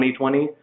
2020